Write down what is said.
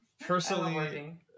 Personally